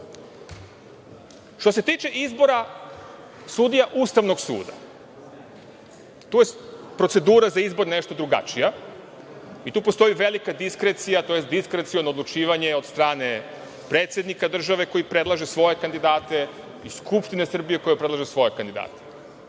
se tiče izbora sudija Ustavnog suda, tu je procedura za izbor nešto drugačija i tu postoji velika diskrecija, tj. diskreciono odlučivanje od strane predsednika države koji predlaže svoje kandidate i Skupštine Srbije koji predlaže svoje kandidate.